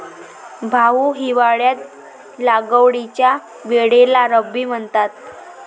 भाऊ, हिवाळ्यात लागवडीच्या वेळेला रब्बी म्हणतात